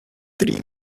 dream